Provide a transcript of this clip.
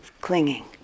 clinging